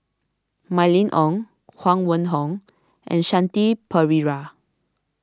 Mylene Ong Huang Wenhong and Shanti Pereira